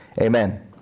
Amen